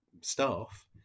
staff